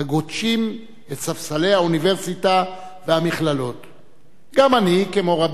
היו ביציע האורחים, הם משום מה עזבו.